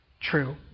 true